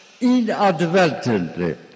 inadvertently